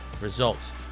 results